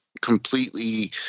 completely